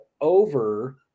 over